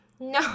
No